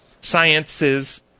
sciences